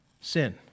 sin